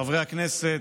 חברי הכנסת,